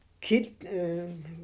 Kid